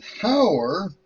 power